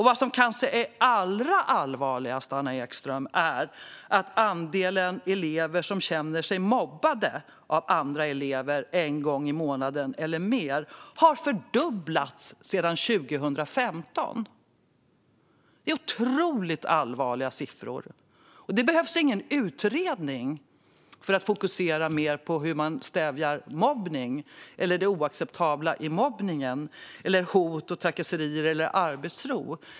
Vad som kanske är allra mest allvarligt, Anna Ekström, är att andelen elever som känner sig mobbade av andra elever en gång i månaden eller oftare har fördubblats sedan 2015. Det här är otroligt allvarliga siffror. Det behövs ingen utredning för att fokusera mer på hur man stävjar mobbning eller på det oacceptabla i mobbning, hot, trakasserier och på att inte ha arbetsro.